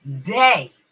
day